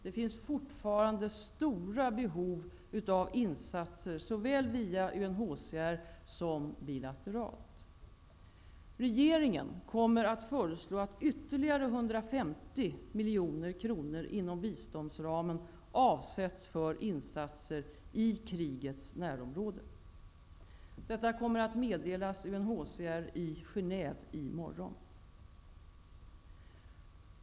Det finns fortfarande stora behov av insatser såväl via UNHCR som bilateralt. Regeringen kommer att föreslå att ytterligare 150 miljoner kronor inom biståndsramen avsätts för insatser i krigets närområde. Detta kommer att meddelas UNHCR i Gené&ve i morgon.